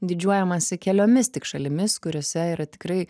didžiuojamasi keliomis tik šalimis kuriose yra tikrai